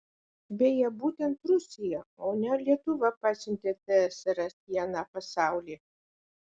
beje būtent rusija o ne lietuva pasiuntė tsrs į aną pasaulį